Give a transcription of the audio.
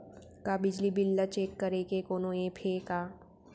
का बिजली बिल ल चेक करे के कोनो ऐप्प हे का?